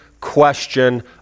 question